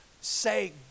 say